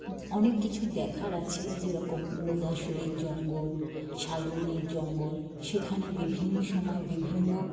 অনেক কিছু দেখার আছে যেরকম লোধাশুলির জঙ্গল শালবনির জঙ্গল সেখানে বিভিন্ন সময়ে বিভিন্ন